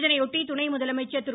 இதனையொட்டி துணை முதலமைச்சர் திரு